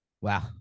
Wow